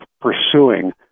pursuing